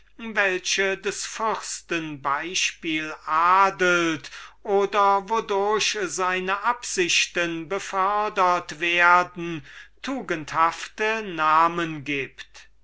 welche des fürsten beispiel adelt oder wodurch seine absichten befördert werden tugendhafte namen gibt